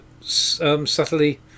subtly